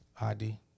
ID